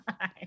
hi